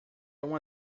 uma